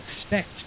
expect